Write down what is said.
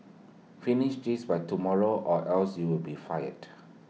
finish this by tomorrow or else you'll be fired